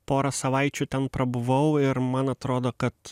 porą savaičių ten prabuvau ir man atrodo kad